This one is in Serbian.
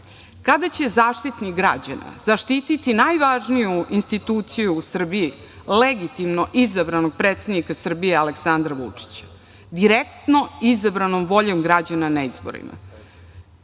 će Zaštitnik građana zaštiti najvažniju instituciju u Srbiji, legitimno izabranog predsednika Srbije, Aleksandra Vučića? Direktno izabranom voljom građana na izborima.